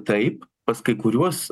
taip pas kai kuriuos